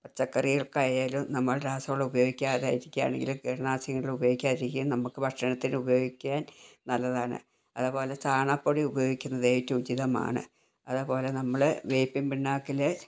പച്ചക്കറികൾക്കായാലും നമ്മൾ രാസവളം ഉപയോഗിക്കാതെ ഇരിക്കുകയാണെങ്കിലും കീടനാശിനികൾ ഉപയോഗിക്കാതിരിക്കുകയും നമ്മൾക്ക് ഭക്ഷണത്തിന് ഉപയോഗിക്കാൻ നല്ലതാണ് അതേപോലെ ചാണകപ്പൊടി ഉപയോഗിക്കുന്നത് ഏറ്റവും ഉചിതമാണ് അതേപോലെ നമ്മൾ വേപ്പിൻ പിണ്ണാക്കിൽ